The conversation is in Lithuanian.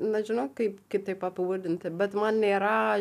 nežinau kaip kitaip pavadinti bet man nėra